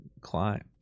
climb